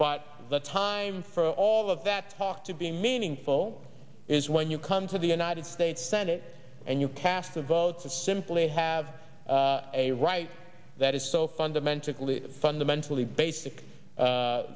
but that's time for all of that talk to be meaningful is when you come to the united states senate and you cast a vote to simply have a right that is so fundamentally fundamentally basic